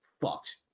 fucked